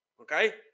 Okay